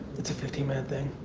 it's a fifteen minute thing.